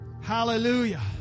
Hallelujah